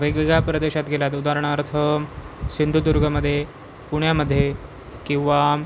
वेगवेगळ्या प्रदेशात गेलात उदाहरणार्थ सिंधुदुर्गमध्ये पुण्यामध्ये किंवा